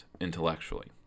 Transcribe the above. intellectually